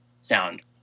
sound